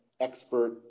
expert